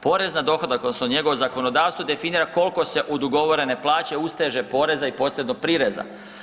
Porez na dohodak odnosno njegovo zakonodavstvo definira kolko se od ugovorene plaće usteže poreza i posredno prireza.